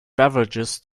beverages